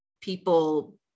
people